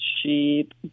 sheep